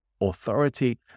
authority